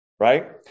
Right